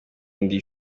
ndi